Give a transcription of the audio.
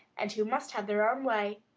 and who must have their own way.